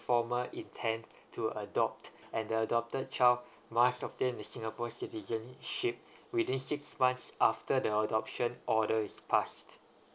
formal intent to adopt and the adopted child must obtain the singapore citizenship within six months after the adoption order is passed